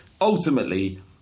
ultimately